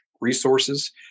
resources